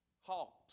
halt